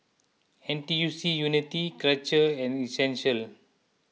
N T U C Unity Karcher and Essential